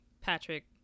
Patrick